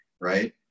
right